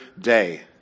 day